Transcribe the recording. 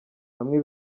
bamwe